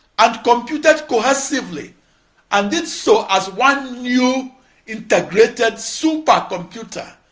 and computed cohesively and did so as one new integrated supercomputer